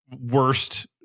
worst